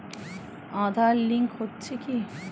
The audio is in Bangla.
আঁধার লিঙ্ক হচ্ছে কি?